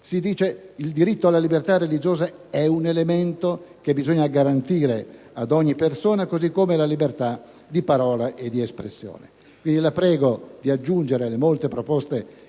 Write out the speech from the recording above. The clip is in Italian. si dice che il diritto alla libertà religiosa è un elemento che bisogna garantire ad ogni persona, così come la libertà di parola e di espressione. Quindi, la prego di aggiungere alle molte proposte che oggi